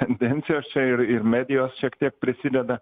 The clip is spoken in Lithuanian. tendencijos čia ir ir medijos šiek tiek prisideda